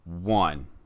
one